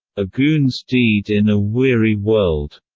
a goon's deed in a weary world